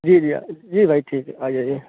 جی جی جی بھائی ٹھیک ہے آ جائیے